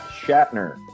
Shatner